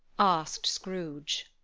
asked scrooge.